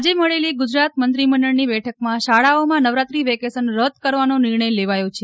આજે મળેલી ગુજરાત મંત્રીમંડળની બેઠકમાં શાળાઓમાં નવરાત્રિ વેકેશન રદ કરવાનો નિર્ણય લેવાયો છે